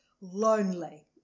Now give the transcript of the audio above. lonely